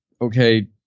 okay